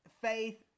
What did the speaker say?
faith